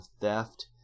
theft